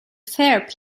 fare